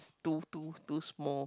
too too too small